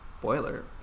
boiler